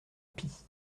pis